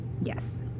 Yes